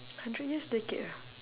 hundred years decade ah